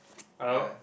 hello